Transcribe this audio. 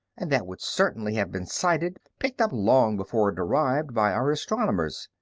and that would certainly have been sighted, picked up long before it arrived, by our astronomers.